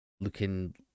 looking